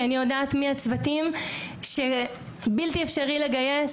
כי אני יודעת מי הצוותים שבלתי אפשרי לגייס.